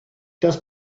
das